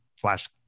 flash